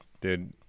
dude